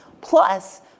Plus